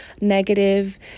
negative